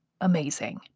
amazing